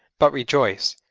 but rejoice,